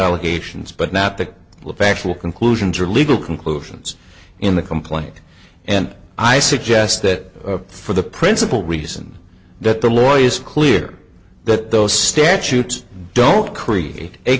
allegations but not the factual conclusions or legal conclusions in the complaint and i suggest that for the principal reason that the lawyers clear that those statutes don't create a